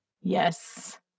yes